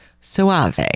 Suave